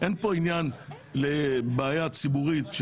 אין כאן עניין לבעיה ציבורית.